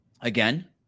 Again